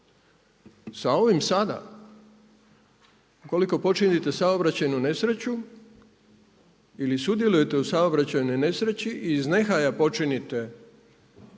Sa ovim sada ukoliko počinite saobraćajnu nesreću ili sudjelujete u saobraćajnoj nesreći i iz nehaja počinite